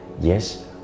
yes